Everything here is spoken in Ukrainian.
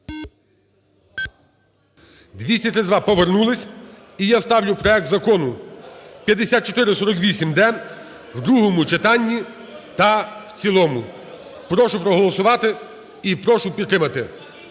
За-232 Повернулися. І я ставлю проект Закону 5448-д в другому читанні та в цілому. Прошу проголосувати і прошу підтримати.